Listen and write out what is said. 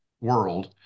world